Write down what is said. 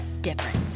difference